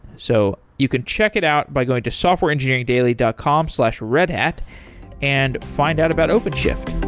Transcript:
so you could check it out by going to softwareengineeringdaily dot com slash redhat and find out about openshift